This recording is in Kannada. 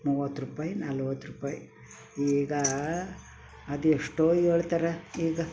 ಮೂವತ್ರೂಪಾಯಿ ನಲ್ವತ್ರೂಪಾಯಿ ಈಗ ಅದು ಎಷ್ಟೋ ಹೇಳ್ತಾರಾ ಈಗ